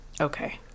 okay